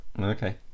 Okay